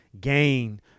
gain